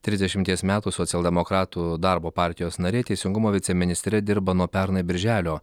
trisdešimties metų socialdemokratų darbo partijos nariai teisingumo viceministre dirba nuo pernai birželio